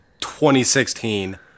2016